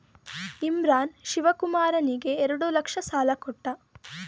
ಇಮ್ರಾನ್ ಶಿವಕುಮಾರನಿಗೆ ಎರಡು ಲಕ್ಷ ಸಾಲ ಕೊಟ್ಟ